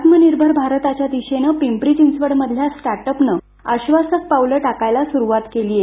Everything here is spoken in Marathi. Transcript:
आत्मनिर्भर भारताच्या दिशेने पिंपरी चिंचवड मधील स्टार्ट अप ने आश्वासक पावले टाकायला सुरुवात केली आहे